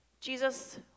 Jesus